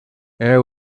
air